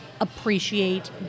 appreciate